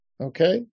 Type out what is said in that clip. Okay